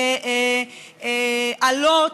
אלות,